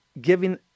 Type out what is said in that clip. giving